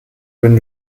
wenn